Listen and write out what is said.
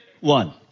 One